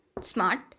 smart